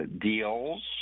deals